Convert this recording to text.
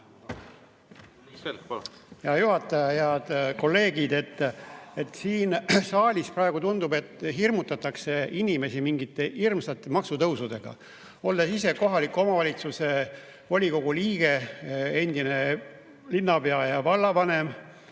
Hea juhataja! Head kolleegid! Siin saalis praegu tundub, et hirmutatakse inimesi mingite hirmsate maksutõusudega. Olles ise kohaliku omavalitsuse volikogu liige, endine linnapea ja vallavanem